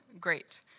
Great